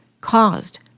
caused